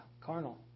carnal